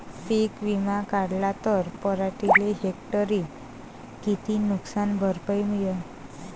पीक विमा काढला त पराटीले हेक्टरी किती नुकसान भरपाई मिळीनं?